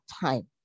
time